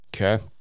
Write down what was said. okay